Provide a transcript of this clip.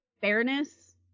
fairness